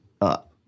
up